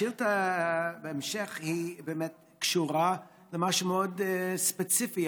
השאילתה בהמשך באמת קשורה למשהו מאוד ספציפי,